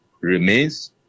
remains